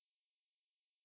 like you know